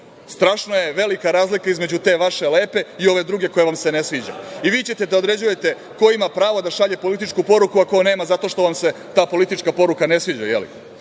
Strašno je velika razlika između te vaše lepe i ove druge koja vam se ne sviđa. I vi ćete da određujete ko ima pravo da šalje političku poruku, a ko nema, zato što vam se ta politička poruka ne sviđa,